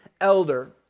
elder